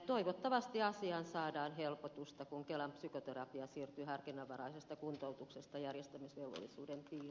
toivottavasti asiaan saadaan helpotusta kun kelan psykoterapia siirtyy harkinnanvaraisesta kuntoutuksesta järjestämisvelvollisuuden piiriin